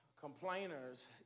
Complainers